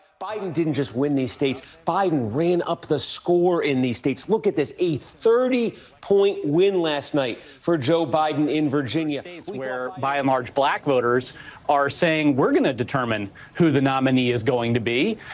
biden didn't just win these states. five ran up the score in these states. look at this, a thirty point win last night for joe biden in virginia, where by a large, black voters are saying we're going to determine who the nominee is going to be.